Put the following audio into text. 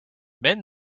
men